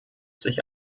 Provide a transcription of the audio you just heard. sich